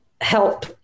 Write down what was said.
help